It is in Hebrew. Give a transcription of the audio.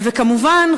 וכמובן,